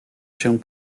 się